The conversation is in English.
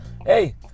Hey